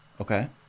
Okay